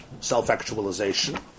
self-actualization